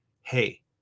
Hey